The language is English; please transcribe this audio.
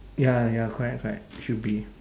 ya ya correct correct should be